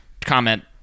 comment